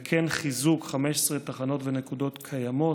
חיזוק 15 תחנות ונקודות קיימות,